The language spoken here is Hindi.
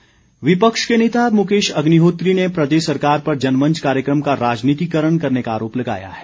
अग्निहोत्री विपक्ष के नेता मुकेश अग्निहोत्री ने प्रदेश सरकार पर जनमंच कार्यक्रम का राजनीतिकरण करने का आरोप लगाया है